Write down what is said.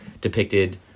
depicted